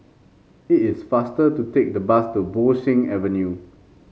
it is faster to take the bus to Bo Seng Avenue